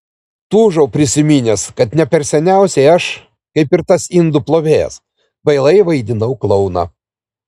tūžau prisiminęs kad ne per seniausiai aš kaip ir tas indų plovėjas kvailai vaidinau klouną